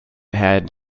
had